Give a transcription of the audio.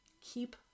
Keep